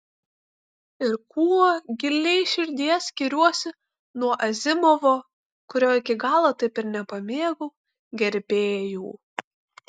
ir kuo giliai širdyje skiriuosi nuo azimovo kurio iki galo taip ir nepamėgau gerbėjų